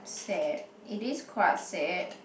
sad it is quite sad